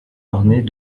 ornées